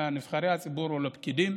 לנבחרי הציבור או לפקידים,